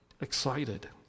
excited